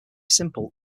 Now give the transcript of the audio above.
simple